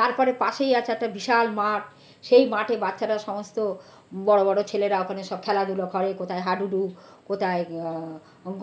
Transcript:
তারপরে পাশেই আছে একটা বিশাল মাঠ সেই মাঠে বাচ্চারা সমস্ত বড়ো বড়ো ছেলেরা ওখানে সব খেলাধুলো করে কোথায় হা ডু ডু কোথায়